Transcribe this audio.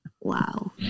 Wow